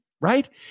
Right